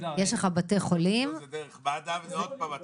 זה דרך מד"א וזה שוב הטפסים.